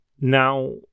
Now